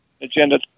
Agenda